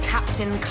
Captain